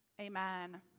Amen